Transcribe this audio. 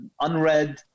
unread